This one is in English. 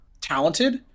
talented